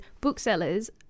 booksellers